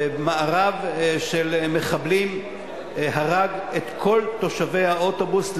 ומארב של מחבלים הרג את כל יושבי האוטובוס,